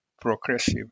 progressive